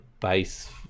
base